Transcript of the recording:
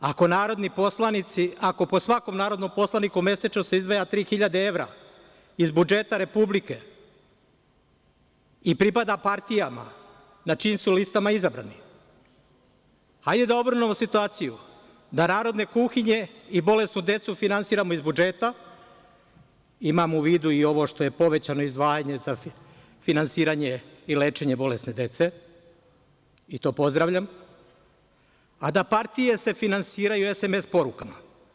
Ako po svakom narodnom poslaniku mesečno se izdvaja 3.000 evra iz budžeta Republike i pripada partijama na čijim su listama izabrani, hajde da obrnemo situaciju, da narodne kuhinje i bolesnu decu finansiramo iz budžeta, imamo u vidu i ovo što je povećano izdvajanje za finansiranje i lečenje bolesne dece, i to pozdravljam, a da se partije finansiraju SMS porukama.